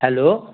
hello